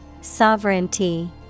Sovereignty